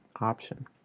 option